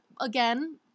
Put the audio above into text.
again